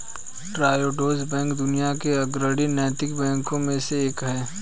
Triodos bank दुनिया के अग्रणी नैतिक बैंकों में से एक है